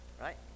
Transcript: right